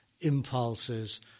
impulses